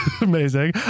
Amazing